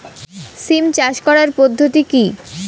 সিম চাষ করার পদ্ধতি কী?